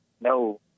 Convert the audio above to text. no